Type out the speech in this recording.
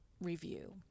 review